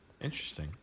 Interesting